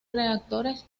reactores